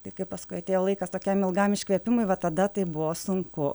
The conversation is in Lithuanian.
tai kai paskui atėjo laikas tokiam ilgam iškvėpimui va tada tai buvo sunku